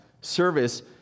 service